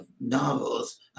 novels